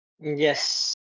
Yes